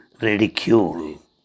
ridicule